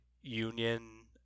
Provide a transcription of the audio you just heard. Union